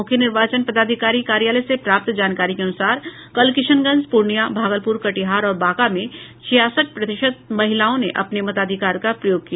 मुख्य निर्वाचन पदाधिकारी कार्यालय से प्राप्त जानकारी के अनुसार कल किशनगंज पूर्णियां भागलपुर कटिहार और बांका में छियासठ प्रतिशत महिलाओं ने अपने मताधिकार का प्रयोग किया